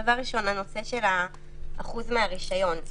דבר ראשון, לנושא של אחוז מהרישיון.